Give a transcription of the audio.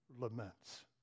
laments